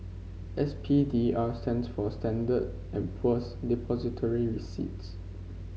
S P D R stands for Standard and Poor's Depository Receipts